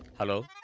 hello.